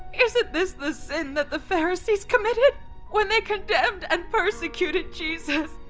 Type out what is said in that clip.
isn't this the sin that the pharisees committed when they condemned and persecuted jesus?